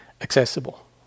accessible